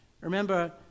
remember